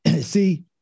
See